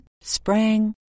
sprang